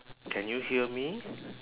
can you hear me